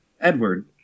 Edward